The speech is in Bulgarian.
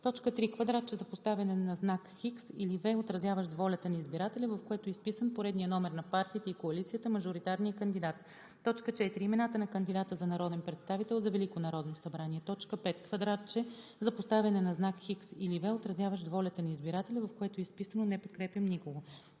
„КП“; 3. квадратче за поставяне на знак „X“ или „V“, отразяващ волята на избирателя, в което е изписан поредният номер на партията и коалицията, мажоритарния кандидат; 4. имената на кандидата за народен представител за Велико народно събрание; 5. квадратче за поставяне на знак „X“ или „V“, отразяващ волята на избирателя, в което е изписано „Не подкрепям никого“.